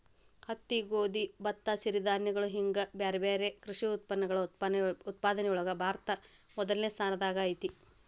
ಹತ್ತಿ, ಗೋಧಿ, ಭತ್ತ, ಸಿರಿಧಾನ್ಯಗಳು ಹಿಂಗ್ ಬ್ಯಾರ್ಬ್ಯಾರೇ ಕೃಷಿ ಉತ್ಪನ್ನಗಳ ಉತ್ಪಾದನೆಯೊಳಗ ಭಾರತ ಮೊದಲ್ನೇ ಸ್ಥಾನದಾಗ ಐತಿ